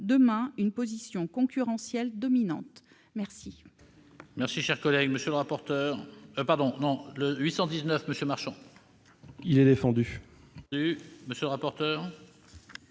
demain une position concurrentielle dominante.